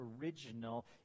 original